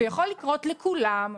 ויכול לקרות לכולם,